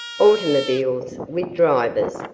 automobiles, with drivers,